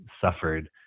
suffered